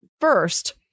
first